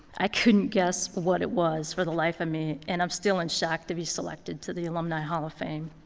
i couldn't guess what it was for the life of me. and i'm still in shock to be selected to the alumni hall of fame.